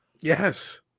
Yes